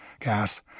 gas